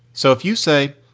so if you say,